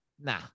Nah